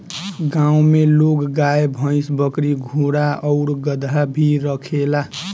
गांव में लोग गाय, भइस, बकरी, घोड़ा आउर गदहा भी रखेला